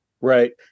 right